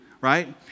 right